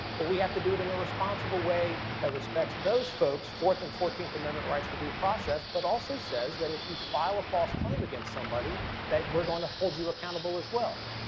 but we have to do it in a responsible way that respects those folks' fourth and fourteenth amendment rights to due process but also says that if you file a false claim against somebody that we're gonna hold you accountable as well.